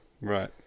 Right